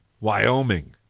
Wyoming